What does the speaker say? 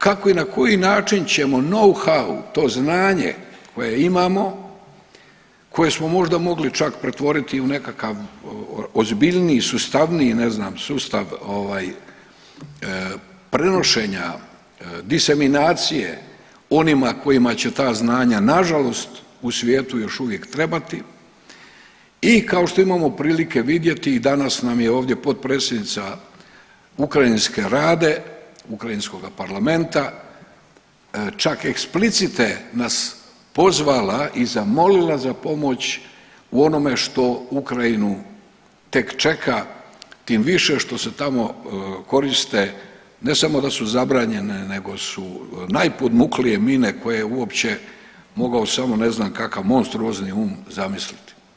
Kako i na koji način ćemo nouhau to znanje koje imamo, koje smo možda mogli čak pretvoriti i u nekakav ozbiljniji, sustavniji ne znam sustav ovaj prenošenja diseminacije onima kojima će ta znanja nažalost u svijetu još uvijek trebati i kao što imamo prilike vidjeti i danas nam je ovdje potpredsjednica Ukrajinske Rade, ukrajinskoga parlamenta čak eksplicite nas pozvala i zamolila za pomoć u onome što Ukrajinu tek čeka tim više što se tamo koriste ne samo da su zabranjene nego su najpodmuklije mine koje je uopće mogao samo ne znam kakav monstruozni um zamisliti.